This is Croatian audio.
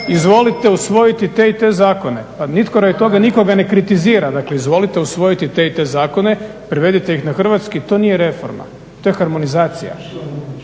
izvolite usvojiti te i te zakone. Pa nitko radi toga nikoga ne kritizira, dakle izvolite usvojiti te i te zakone, prevedite ih na hrvatski, to nije reforma, to je harmonizacija.